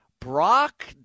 Brock